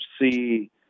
see